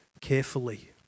carefully